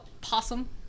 possum